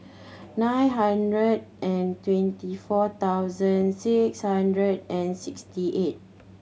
nine hundred and twenty four thousand six hundred and sixty eight